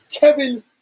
Kevin